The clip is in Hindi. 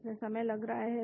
इसमें समय लग रहा है